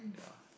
yeah